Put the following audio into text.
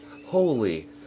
Holy